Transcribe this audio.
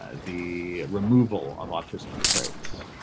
ah the removal of autistic traits.